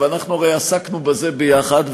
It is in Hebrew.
אנחנו הרי עסקנו בזה ביחד,